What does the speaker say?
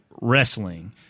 wrestling